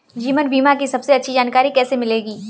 जीवन बीमा की सबसे अच्छी जानकारी कैसे मिलेगी?